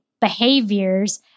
behaviors